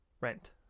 Rent